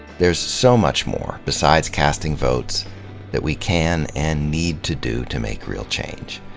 there's so much more besides casting votes that we can and need to do to make real change.